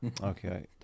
Okay